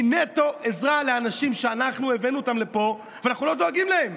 היא נטו עזרה לאנשים שהבאנו לפה ואנחנו לא דואגים להם.